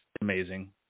amazing